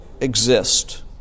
exist